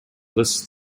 this